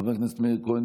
חבר הכנסת מאיר כהן,